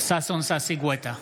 ששון ששי גואטה,